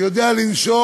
שיודע לנשוך,